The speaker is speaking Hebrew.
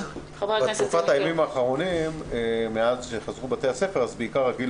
בתקופת הימים האחרונים מאז שחזרו בתי הספר לפעול עיקר גיל